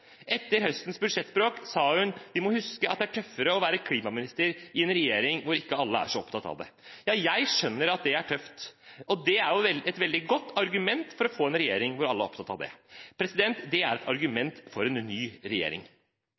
Etter høstens budsjettbråk sa hun at vi må huske at det er tøffere å være klimaminister i en regjering hvor ikke alle er så opptatt av det. Ja, jeg skjønner at det er tøft. Det er et veldig godt argument for å få en regjering hvor alle er opptatt av det. Det er et argument for en ny regjering.